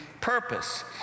purpose